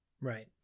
Right